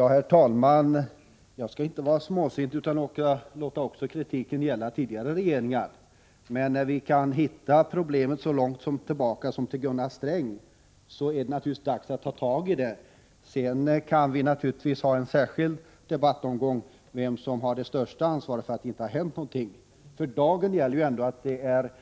Herr talman! Jag skall inte vara småsint, utan låta kritiken gälla också tidigare regeringar. Men när problemet går att hitta så långt tillbaka som till Gunnar Strängs tid som finansminister, är det naturligtvis dags att ta sig an det. Vi kan naturligtvis ha en särskild debattomgång om vem som har det största ansvaret för att det inte har hänt någonting. För dagen gäller ju ändå att det är